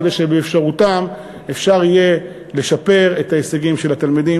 כדי שאפשר יהיה לשפר את ההישגים של התלמידים.